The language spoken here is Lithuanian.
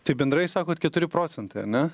tai bendrai sakot keturi procentai ane